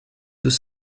deux